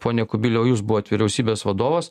pone kubiliau jūs buvot vyriausybės vadovas